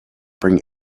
bring